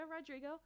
Rodrigo